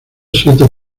siete